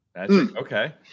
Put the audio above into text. Okay